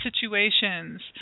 situations